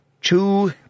two